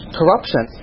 corruption